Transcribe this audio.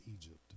Egypt